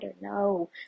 No